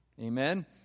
Amen